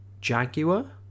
jaguar